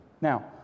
Now